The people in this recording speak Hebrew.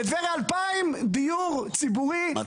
בטבריה עדיין דיור ציבורי --- מה,